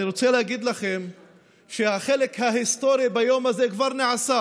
אני רוצה להגיד לכם שהחלק ההיסטורי ביום הזה כבר נעשה